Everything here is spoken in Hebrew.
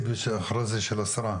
במשרד.